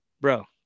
bro